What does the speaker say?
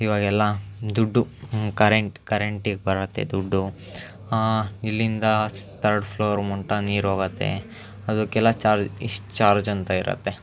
ಈವಾಗೆಲ್ಲ ದುಡ್ಡು ಕರೆಂಟ್ ಕರೆಂಟಿಗೆ ಬರುತ್ತೆ ದುಡ್ಡು ಇಲ್ಲಿಂದ ತರ್ಡ್ ಫ್ಲೋರ್ ಮಟ್ಟ ನೀರೋಗುತ್ತೆ ಅದಕ್ಕೆಲ್ಲ ಚಾರ್ಜ್ ಇಷ್ಟು ಚಾರ್ಜ್ ಅಂತ ಇರುತ್ತೆ